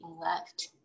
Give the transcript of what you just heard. left